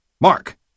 Mark